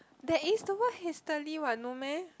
there is the word hastily what no meh